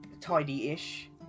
tidy-ish